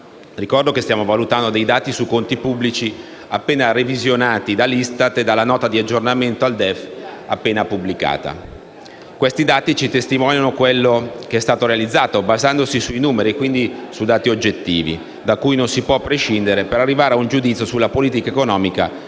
Ricordo che stiamo valutando dei dati sui conti pubblici appena revisionati dall'ISTAT e dalla Nota di aggiornamento al DEF appena pubblicata. Questi dati ci testimoniano quanto è stato realizzato, basandosi sui numeri e quindi sui dati oggettivi, da cui non si può prescindere per arrivare a un giudizio sulla politica economica di